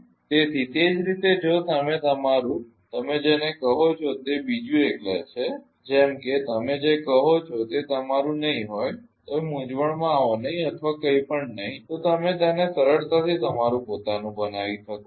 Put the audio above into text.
તેથી તે જ રીતે જો તમે તમારુ તમે જેને કહો છો તે બીજુ એક લે છે જેમ કે તમે જે કહો છો તે તમારું નહીં હોય તમે મૂંઝવણમાં આવો નહીં અથવા કંઈપણ નહીં તો તમે તેને સરળતાથી તમારુ પોતાનું બનાવી શકો છો